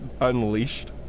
Unleashed